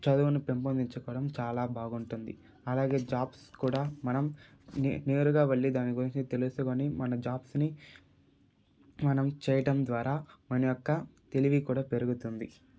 చదువును పెంపొందించుకోవడం చాలా బాగుంటుంది అలాగే జాబ్స్ కూడా మనం నే నేరుగా వెళ్లి దాని గురించి తెలుసుకొని మన జాబ్స్ని మనం చేయడం ద్వారా మన యొక్క తెలివి కూడా పెరుగుతుంది